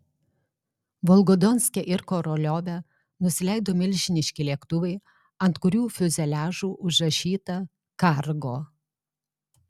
volgodonske ir koroliove nusileido milžiniški lėktuvai ant kurių fiuzeliažų užrašyta kargo